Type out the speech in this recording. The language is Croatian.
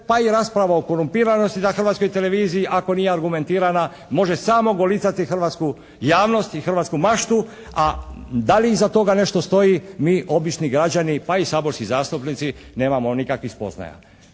pa i rasprava o korumpiranosti na Hrvatskoj televiziji ako nije argumentirana može samo golicati hrvatsku javnost i hrvatsku maštu a da li iza toga nešto stoji mi obični građani pa i saborski zastupnici nemamo nikakvih spoznaja.